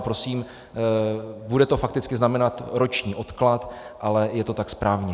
A prosím, bude to fakticky znamenat roční odklad, ale je to tak správně.